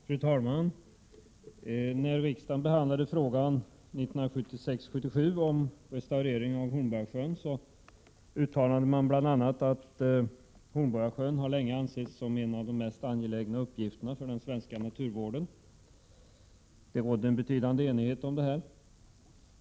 Fru talman! När riksdagen behandlade frågan om restaureringen av Hornborgasjön 1976/77 uttalade man bl.a. att Hornborgasjön länge ansetts som en av de mest angelägna uppgifterna för den svenska naturvården. Det rådde en betydande enighet om detta.